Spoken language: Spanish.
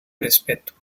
respeto